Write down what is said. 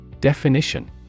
Definition